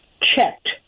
checked